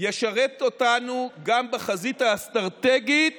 ישרת אותנו גם בחזית האסטרטגית